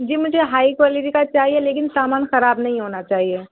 جی مجھے high quality کا چاہیے لیکن سامان خراب نہیں ہونا چاہیے